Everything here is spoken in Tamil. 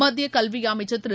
மத்திய கல்வி அமைச்சர் திரு